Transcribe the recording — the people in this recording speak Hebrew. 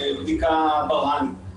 ולבדיקה ברה"נית,